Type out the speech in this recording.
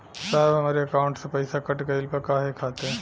साहब हमरे एकाउंट से पैसाकट गईल बा काहे खातिर?